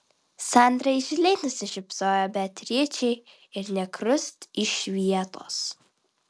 sandra įžūliai nusišypsojo beatričei ir nė krust iš vietos